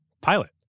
Pilot